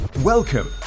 Welcome